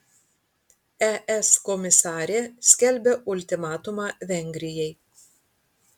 es komisarė skelbia ultimatumą vengrijai